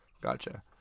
gotcha